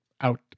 out